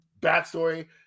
backstory